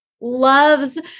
loves